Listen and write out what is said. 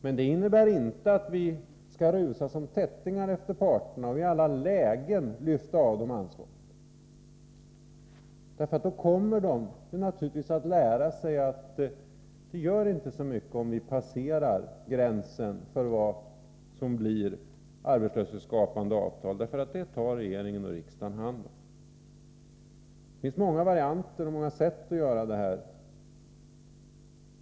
Men det innebär inte att vi skall rusa som tättingar efter parterna och i alla lägen lyfta av dem ansvaret. Då kommer de naturligtvis att lära sig att det inte gör så mycket om man passerar gränsen för vad som leder till arbetslöshetsskapande avtal, därför att det tar regering och riksdag hand om. Det finns många varianter och många sätt att göra detta.